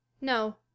No